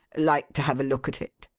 like to have a look at it?